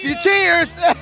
Cheers